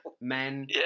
men